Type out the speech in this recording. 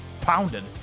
pounded